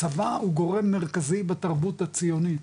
הצבא הוא גורם מרכזי בתרבות הציונית,